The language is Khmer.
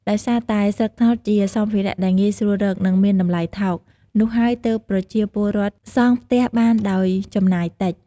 ដោយសារតែ ស្លឹកត្នោតជាសម្ភារៈដែលងាយស្រួលរក និងមានតម្លៃថោក នោះហើយទើបប្រជាពលរដ្ឋអាច សង់ផ្ទះបានដោយចំណាយតិច។